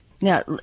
now